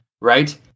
right